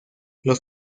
los